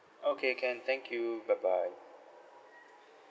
okay can thank you bye bye